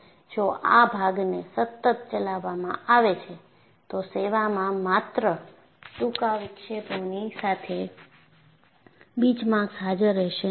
જો આ ભાગને સતત ચલાવવામાં આવે છે તો સેવામાં માત્ર ટૂંકા વિક્ષેપોની સાથે બીચમાર્ક્સ હાજર રહેશે નહીં